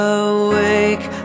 awake